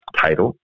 title